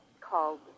called